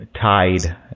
Tied